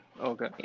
okay